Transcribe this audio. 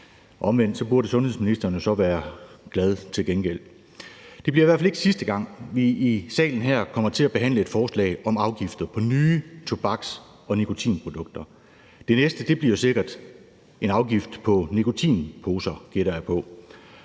Omvendt burde sundhedsministeren jo så til gengæld være glad. Det bliver i hvert fald ikke sidste gang, vi i salen her kommer til at behandle et forslag om afgifter på nye tobaks- og nikotinprodukter. Det næste bliver sikkert en afgift på nikotinposer, gætter jeg på.